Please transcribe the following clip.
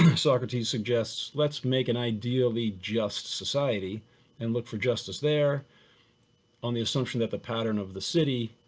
socrates suggests let's make an idea of the just society and look for justice there on the assumption that the pattern of the city,